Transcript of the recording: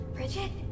Bridget